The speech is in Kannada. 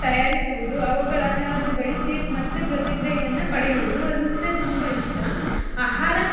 ತಯಾರಿಸುವುದು ಅವುಗಳನ್ನು ಬಡಿಸಿ ಮತ್ತು ಪ್ರತಿಕ್ರಿಯೆಯನ್ನು ಪಡೆಯುವುದು ಅಂದರೆ ತುಂಬ ಇಷ್ಟ ಆಹಾರ